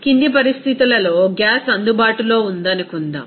కింది పరిస్థితులలో గ్యాస్ అందుబాటులో ఉందనుకుందాం